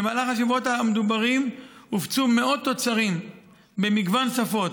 במהלך השבועות המדוברים הופצו מאות תוצרים במגוון שפות,